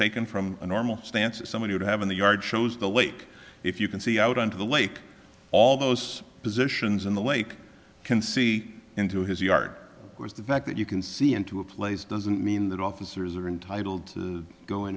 taken from a normal stance that somebody would have in the yard shows the lake if you can see out on to the lake all those positions in the lake can see into his yard was the fact that you can see into a place doesn't mean that officers are entitled to go in